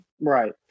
Right